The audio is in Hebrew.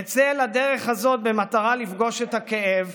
אצא לדרך הזאת במטרה לפגוש את הכאב,